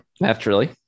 Naturally